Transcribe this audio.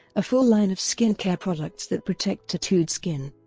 a full line of skincare products that protect tattooed skin.